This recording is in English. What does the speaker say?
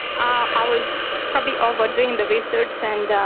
ah i was probably overdoing the research and